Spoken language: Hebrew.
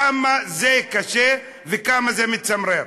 כמה זה קשה וכמה זה מצמרר.